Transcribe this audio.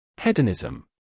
Hedonism